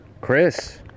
Chris